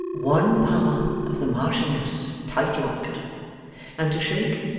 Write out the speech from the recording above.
one palm of the marchioness tight locked and to shake,